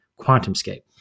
QuantumScape